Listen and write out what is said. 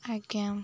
ଆଜ୍ଞା